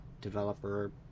developer